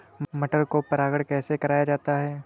मटर को परागण कैसे कराया जाता है?